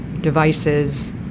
devices